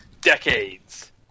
decades